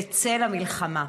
בצל המלחמה.